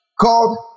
Called